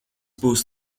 būs